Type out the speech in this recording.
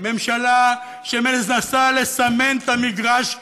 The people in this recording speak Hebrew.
ממשלה שמנסה לסמן את המגרש,